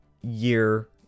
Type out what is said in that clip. year